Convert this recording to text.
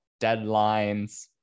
deadlines